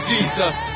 Jesus